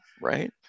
right